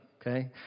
okay